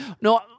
No